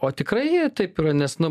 o tikrai jie taip yra nes nu